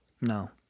No